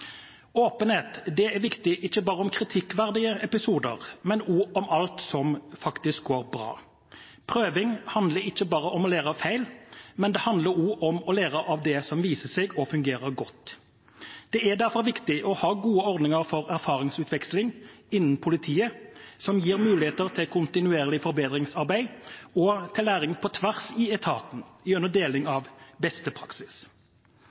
Åpenhet er viktig ikke bare om kritikkverdige episoder, men også om alt som faktisk går bra. Prøving handler ikke bare om å lære av feil, det handler også om å lære av det som viser seg å fungere godt. Det er derfor viktig å ha gode ordninger for erfaringsutveksling innen politiet som gir muligheter for kontinuerlig forbedringsarbeid og for læring på tvers i etaten gjennom deling av beste praksis.